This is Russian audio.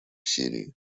сирии